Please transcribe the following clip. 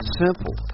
simple